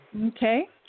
Okay